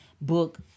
book